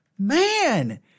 Man